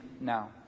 now